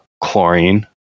chlorine